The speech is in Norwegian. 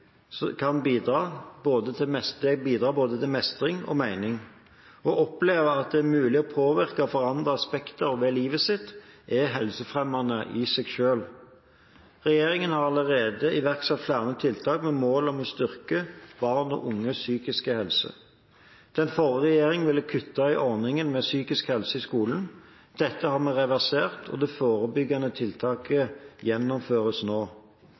kan vi bidra til både mestring og mening. Å oppleve at det er mulig å påvirke og forandre aspekter ved livet sitt, er helsefremmende i seg selv. Regjeringen har allerede iverksatt flere tiltak med mål om å styrke barn og unges psykiske helse. Den forrige regjeringen ville kutte ordningen med psykisk helse i skolen. Dette har vi reversert, og det forebyggende tiltaket gjennomføres nå.